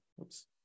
Oops